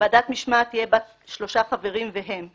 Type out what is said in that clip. ועדת המשמעת תהיה בת שלושה חברים, והם: